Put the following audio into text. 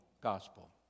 Gospel